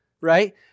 right